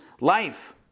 life